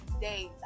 days